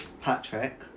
Patrick